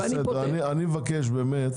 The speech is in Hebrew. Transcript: בסדר, אני מבקש באמת